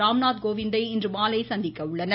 ராம்நாத்கோவிந்தை இன்று மாலை சந்திக்க உள்ளனர்